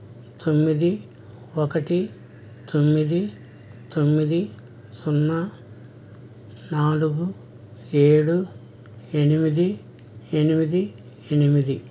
తొమ్మిది ఒకటి తొమ్మిది తొమ్మిది సున్నా నాలుగు ఏడు ఎనిమిది ఎనిమిది ఎనిమిది